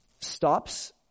stops